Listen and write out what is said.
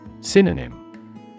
Synonym